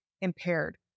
impaired